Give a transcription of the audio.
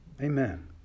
Amen